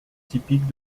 typiques